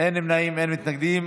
אין נמנעים, אין מתנגדים.